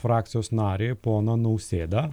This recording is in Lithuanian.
frakcijos narį poną nausėdą